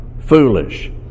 foolish